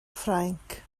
ffrainc